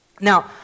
Now